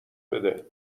بده